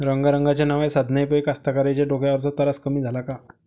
रंगारंगाच्या नव्या साधनाइपाई कास्तकाराइच्या डोक्यावरचा तरास कमी झाला का?